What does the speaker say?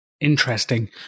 Interesting